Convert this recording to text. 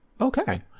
Okay